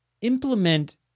implement